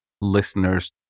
listeners